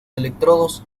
electrodos